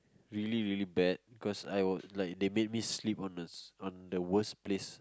really really bad cause I was like they made me sleep on the on the worst place